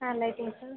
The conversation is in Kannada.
ಹಾಂ ಲೈಟಿಂಗ್ಸು